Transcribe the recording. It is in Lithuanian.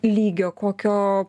lygio kokio